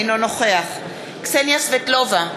אינו נוכח קסניה סבטלובה,